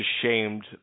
ashamed